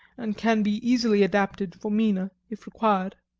and can be easily adapted for mina, if required.